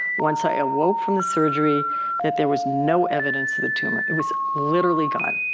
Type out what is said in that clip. once i awoke from the surgery that there was no evidence of the tumor. it was literally gone,